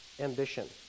ambition